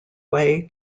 way